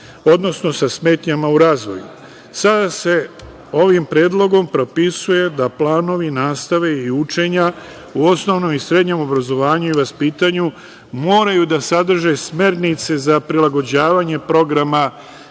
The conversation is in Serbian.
odnosno sa smetnjama u razvoju. Ovim predlogom se propisuje da planovi nastave i učenja u osnovnom i srednjem obrazovanju i vaspitanju moraju da sadrže smernice za prilagođavanje programa